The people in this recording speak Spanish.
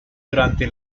durante